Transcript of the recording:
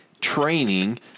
training